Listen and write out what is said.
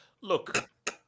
Look